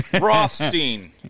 Rothstein